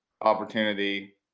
opportunity